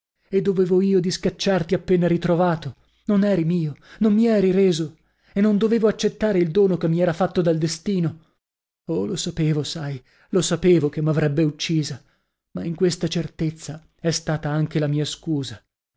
e dovevo io discacciarti appena ritrovato non eri mio non mi eri reso e non dovevo accettare il dono che mi era fatto dal destino oh lo sapevo sai lo sapevo che m'avrebbe uccisa ma in questa certezza è stata anche la mia scusa